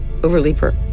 Overleaper